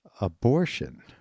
abortion